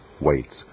weights